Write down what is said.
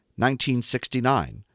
1969